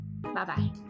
Bye-bye